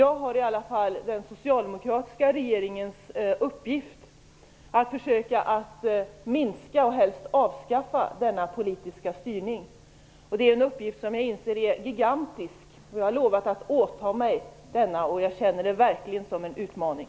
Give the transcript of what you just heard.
Jag har i alla fall den socialdemokratiska regeringens uppgift att försöka att minska och helst avskaffa denna politiska styrning. Det är en uppgift som jag inser är gigantisk, men jag har lovat att åta mig den, och jag känner det verkligen som en utmaning.